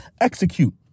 Execute